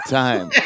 time